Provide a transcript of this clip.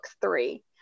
three